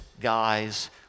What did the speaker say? guy's